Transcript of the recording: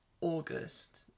August